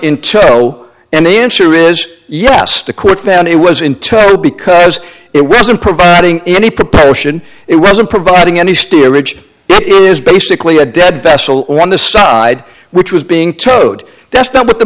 tow and the answer is yes the court found it was entire because it wasn't providing any proportion it wasn't providing any steerage is basically a dead vessel on the side which was being towed that's not what the